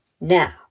Now